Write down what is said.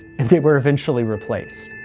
and they were eventually replaced.